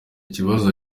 kibazo